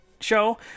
show